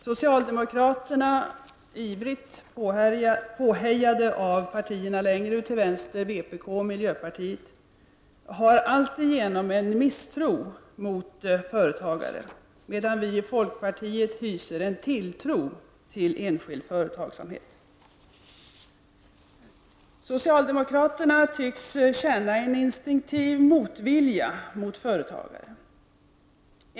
Socialdemokraterna — ivrigt påhejade av partierna längre ut till vänster, vpk och miljöpartiet — har alltigenom en misstro mot företagare, medan vi i folkpartiet hyser tilltro till enskild företagssamhet. Socialdemokraterna tycks känna en instinktiv motvilja mot företagare.